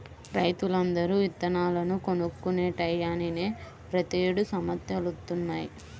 రైతులందరూ ఇత్తనాలను కొనుక్కునే టైయ్యానినే ప్రతేడు సమస్యలొత్తన్నయ్